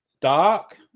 dark